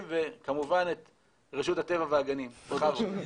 כמובן שהם לקחו רק